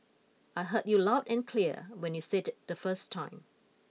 I heard you loud and clear when you said it the first time